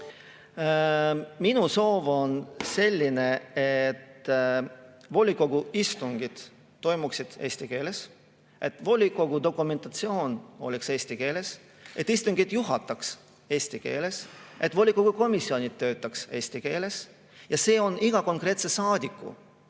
Minu soov on selline, et volikogu istungid toimuksid eesti keeles, et volikogu dokumentatsioon oleks eesti keeles, et istungeid juhatataks eesti keeles, et volikogu komisjonid töötaks eesti keeles. Ja see on iga konkreetse saadiku